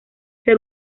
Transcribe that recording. ser